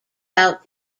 out